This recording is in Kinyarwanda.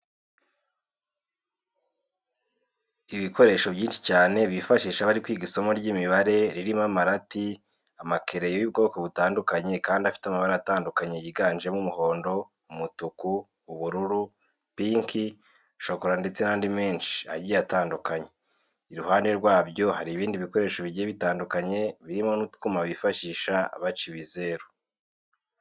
Ibikoresho byinshi cyane bifashisha bari kwiga isomo ry'imibare ririmo amarati, amakereyo y'ubwoko butandukanye kandi afite amabara atandukanye yiganjemo umuhondo, umutuku, ubururu, pinki, shokora ndetse n'andi menshi agiye atandatukanye. Iruhande rwabyo hari ibindi bikoresho bigiye bitandukanye birimo n'utwuma bifashisha baca ibizeru.